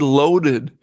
loaded